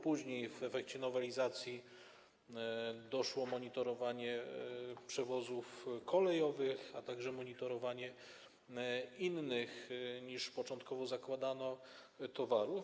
Później, w efekcie nowelizacji, doszło monitorowanie przewozów kolejowych, a także monitorowanie innych, niż początkowo zakładano, towarów.